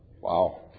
Wow